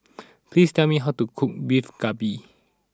please tell me how to cook Beef Galbi